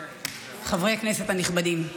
חברי הכנסת הנכבדים,